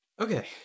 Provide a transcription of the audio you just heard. Okay